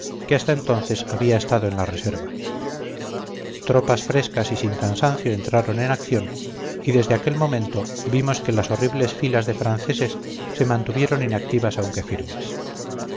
que hasta entonces había estado en la reserva tropas frescas y sin cansancio entraron en acción y desde aquel momento vimos que las horribles filas de franceses se mantuvieron inactivas aunque firmes